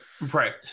Right